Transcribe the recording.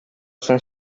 cent